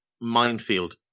Minefield